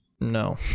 No